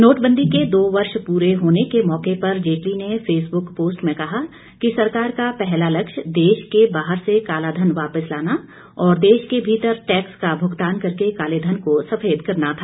नोटबंदी के दो वर्ष पूरे होने के मौके पर जेटली ने फेसबुक पोस्ट में कहा कि सरकार का पहला लक्ष्य देश के बाहर से काला धन वापस लाना और देश के भीतर टैक्स का भुगतान करके काले धन को सफेद करना था